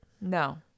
No